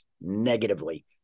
negatively